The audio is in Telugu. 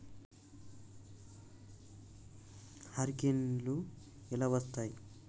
హరికేన్లు ఎలా వస్తాయి?